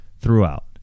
throughout